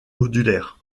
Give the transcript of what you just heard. modulaire